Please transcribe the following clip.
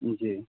जी